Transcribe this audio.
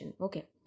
Okay